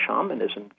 shamanism